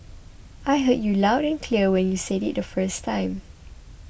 I heard you loud and clear when you said it the first time